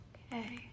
Okay